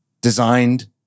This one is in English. designed